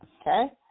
okay